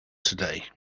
today